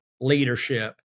leadership